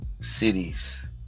cities